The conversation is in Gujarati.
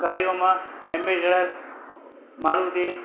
ગાડીઓમાં એમ્બેસેડર મારુતિ